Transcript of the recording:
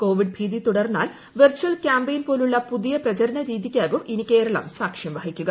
Covid ഭീതി തുടർന്നാൽ virtual campaign പോലുള്ള പുതിയ പ്രചരണ രീതിക്കാകും ഇനി കേരളം സാക്ഷ്യം വഹിക്കുക